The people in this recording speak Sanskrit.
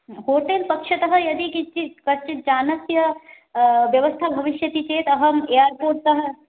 होटेल् पक्षतः यदि किञ्चिद् कश्चिद् जनस्य व्यवस्था भविष्यति चेत् अहम् एर्पोर्ट्तः